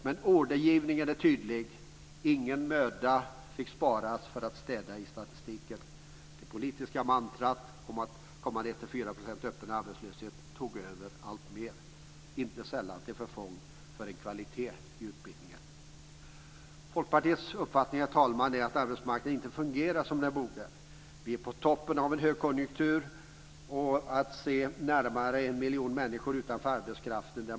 Men ordergivningen är tydlig. Ingen möda fick sparas för att städa i statistiken. Det politiska mantrat om att komma ned till 4 % öppen arbetslöshet tog över alltmer, inte sällan till förfång för kvalitet i utbildningen. Herr talman! Folkpartiets uppfattning är att arbetsmarknaden inte fungerar som den borde. Vi är på toppen av en högkonjunktur och ser ändå närmare en miljon människor utanför arbetskraften.